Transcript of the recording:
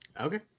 okay